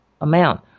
amount